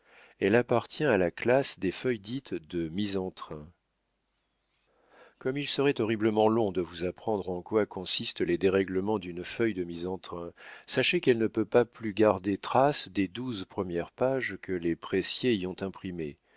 elle appartient à la classe des feuilles dites de mise en train comme il serait horriblement long de vous apprendre en quoi consistent les dérèglements d'une feuille de mise en train sachez qu'elle ne peut pas plus garder trace des douze premières pages que les pressiers y ont imprimées